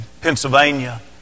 Pennsylvania